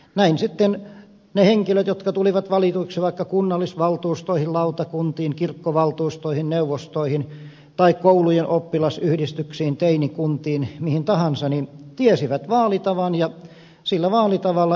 näin sitten ne henkilöt jotka tulivat valituiksi vaikka kunnallisvaltuustoihin lautakuntiin kirkkovaltuustoihin neuvostoihin tai koulujen oppilasyhdistyksiin teinikuntiin mihin tahansa tiesivät vaalitavan ja sillä vaalitavalla yhteiskunta toimi